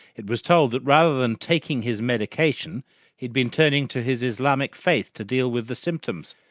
it was told that rather than taking his medication he'd been turning to his islamic faith to deal with the symptoms.